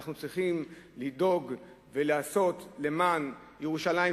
אנחנו צריכים לדאוג ולעשות למען ירושלים,